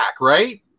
right